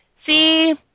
See